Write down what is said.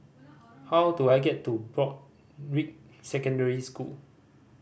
how do I get to Broadrick Secondary School